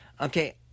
Okay